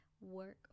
work